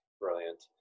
Brilliant